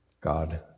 God